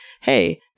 hey